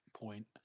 point